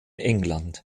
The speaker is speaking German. england